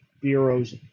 bureaus